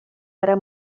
para